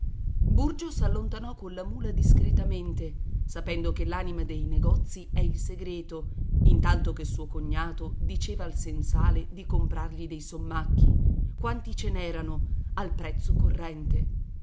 pirtuso burgio s'allontanò colla mula discretamente sapendo che l'anima dei negozi è il segreto intanto che suo cognato diceva al sensale di comprargli dei sommacchi quanti ce n'erano al prezzo corrente